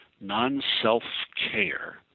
non-self-care